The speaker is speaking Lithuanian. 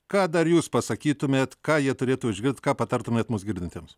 ką dar jūs pasakytumėt ką jie turėtų išgirst ką patartumėt mus girdintiems